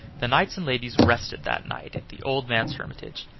the knights and ladies rested that night at the old man's hermitage,